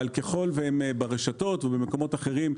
ככל והם מפרסמים אותנו ברשתות ובמקומות אחרים,